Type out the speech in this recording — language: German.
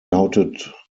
lautet